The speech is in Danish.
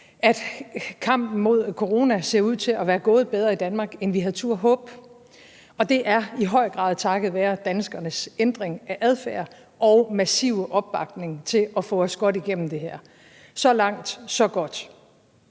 at kampen mod corona ser ud til at være gået bedre i Danmark, end vi havde turdet håbe, og det er i høj grad takket være danskernes ændring af adfærd og den massive opbakning til at få os godt igennem det her. Så langt, så godt.